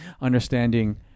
understanding